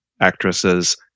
actresses